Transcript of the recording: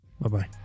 Bye-bye